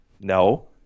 No